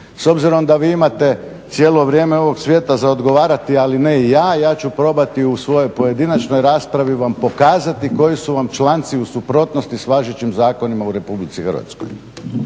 S obzirom da vi imate cijelo vrijeme ovog svijeta za odgovarati ali ne i ja, ja ću probati u svojoj pojedinačnoj raspravi vam pokazati koji su vam članci u suprotnosti s važećim zakonima u RH.